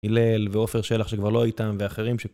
הלל ואופר שלח שכבר לא איתם ואחרים ש...